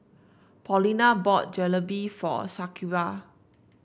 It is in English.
Paulina brought Jalebi for Shakira